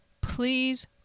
please